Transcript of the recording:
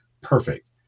Perfect